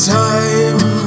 time